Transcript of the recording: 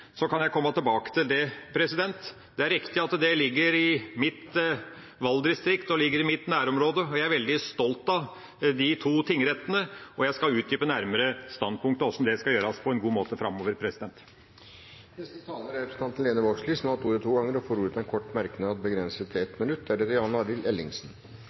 kan jeg komme tilbake til det. Det er riktig at de ligger i mitt valgdistrikt og mitt nærområde. Jeg er veldig stolt av de to tingrettene, og jeg skal utdype nærmere standpunktet om hvordan det skal gjøres på en god måte framover. Representanten Lene Vågslid har hatt ordet to ganger tidligere og får ordet til en kort merknad, begrenset til 1 minutt.